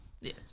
yes